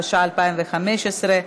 התשע"ה 2015,